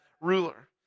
ruler